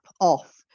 off